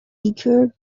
eager